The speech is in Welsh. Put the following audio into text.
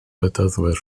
bedyddwyr